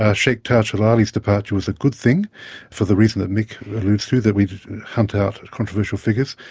ah sheikh taj hilaly's departure was a good thing for the reason that mick alludes to that we hunt out controversial figures.